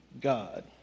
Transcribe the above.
God